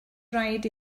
rhaid